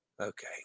Okay